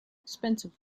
expensive